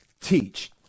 teach